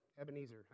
Ebenezer